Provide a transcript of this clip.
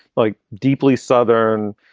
like deeply southern,